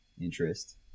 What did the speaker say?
interest